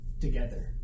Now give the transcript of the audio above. together